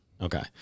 Okay